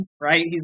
right